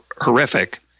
horrific